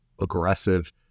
aggressive